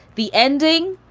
the ending.